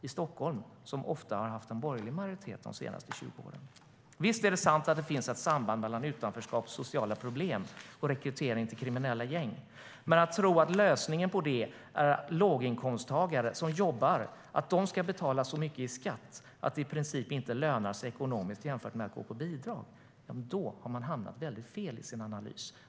I Stockholm har utvecklingen inte varit riktigt lika usel, även om det är allvarliga problem. Visst är det sant att det finns ett samband mellan utanförskap och sociala problem och rekrytering till kriminella gäng. Men tror man att lösningen är att låginkomsttagare som jobbar ska betala så mycket i skatt att det i princip inte lönar sig ekonomiskt, jämfört med att gå på bidrag, har man hamnat väldigt fel i sin analys.